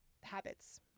habits